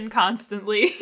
constantly